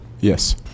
yes